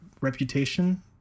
reputation